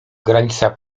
granica